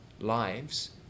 lives